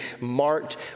marked